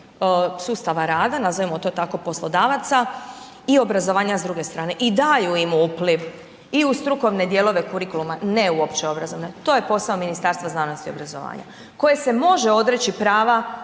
sustava rada, nazovimo to tako poslodavaca i obrazovanja s druge strane i daju im upliv i u strukovne dijelove kurikuluma, ne u opće obrazovne, to je posao Ministarstva znanosti i obrazovanja koje se može odreći prava